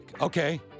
Okay